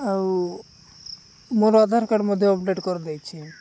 ଆଉ ମୋର ଆଧାର କାର୍ଡ଼ ମଧ୍ୟ ଅପଡ଼େଟ୍ କରିଦେଇଛି